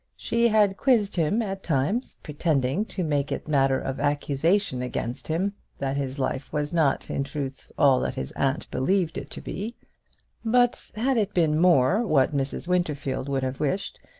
she had quizzed him at times, pretending to make it matter of accusation against him that his life was not in truth all that his aunt believed it to be but had it been more what mrs. winterfield would have wished,